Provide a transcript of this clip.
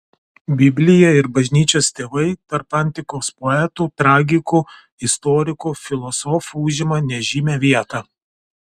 biblija ir bažnyčios tėvai tarp antikos poetų tragikų istorikų filosofų užima nežymią vietą